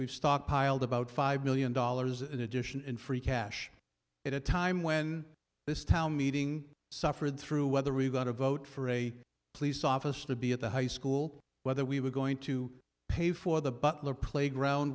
we've stockpiled about five million dollars in addition in free cash at a time when this town meeting suffered through whether we're going to vote for a police officer to be at the high school whether we were going to pay for the butler playground